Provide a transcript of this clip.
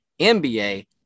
NBA